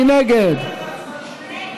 מי